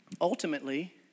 ultimately